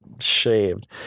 Shaved